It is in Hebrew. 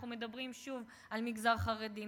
אנחנו מדברים שוב על מגזר חרדי,